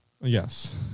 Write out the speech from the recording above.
Yes